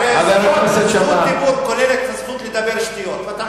רשות דיבור כוללת את הזכות לדבר שטויות.